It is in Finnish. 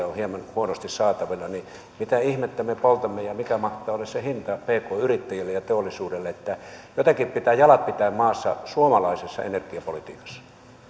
on on hieman huonosti saatavilla niin mitä ihmettä me poltamme ja mikä mahtaa olla se hinta pk yrittäjille ja teollisuudelle jotenkin pitää jalat pitää maassa suomalaisessa energiapolitiikassa